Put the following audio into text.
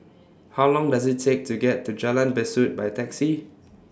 How Long Does IT Take to get to Jalan Besut By Taxi